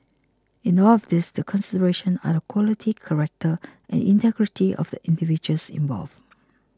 in all of these the considerations are the quality character and integrity of the individuals involved